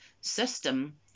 system